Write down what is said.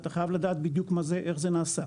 אתה חייב לדעת בדיוק איך זה נעשה.